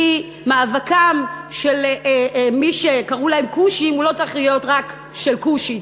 כי מאבקם של מי שקראו להם כושים לא צריך להיות רק של כושית.